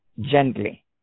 gently